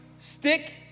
stick